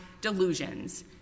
delusions